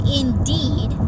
indeed